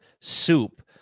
soup